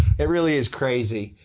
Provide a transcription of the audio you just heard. it really is crazy,